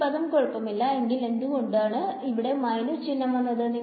ഈ പദം കുഴപ്പമില്ല എങ്കിൽ എന്തുകൊണ്ടാണ് അവിടെ ഒരു മൈനസ് ചിഹ്നം വന്നത്